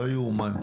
לא יאומן,